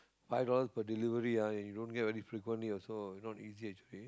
five dollars per delivery ah you don't get very frequently also not easy actually